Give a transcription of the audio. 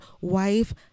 wife